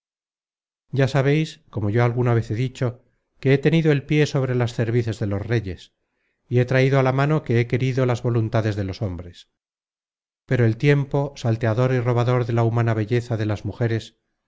ya sabeis como yo alguna vez he dicho que he tenido el pié sobre las cervices de los reyes y he traido á la mano que he querido las voluntades de los hombres pero el tiempo salteador y robador de la humana belleza de